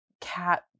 cat